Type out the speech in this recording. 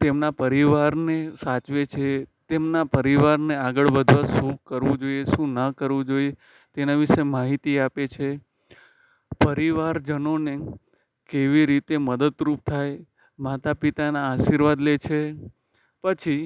તેમના પરિવારને સાચવે છે તેમના પરિવારને આગળ વધવા શું કરવું જોઈએ શું ના કરવું જોઈએ તેના વિશે માહિતી આપે છે પરિવારજનોને કેવી રીતે મદદરૂપ થાય માતા પિતાના આશીર્વાદ લે છે પછી